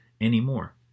anymore